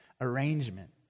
arrangement